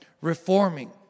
reforming